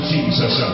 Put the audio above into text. Jesus